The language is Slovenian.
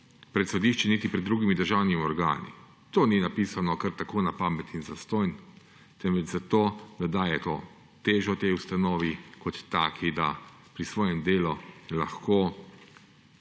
pred sodišči niti pred drugimi državnimi organi. To ni napisano kar tako na pamet in zastonj, temveč zato, da daje težo tej ustanovi kot taki, da pri svojem delu lahko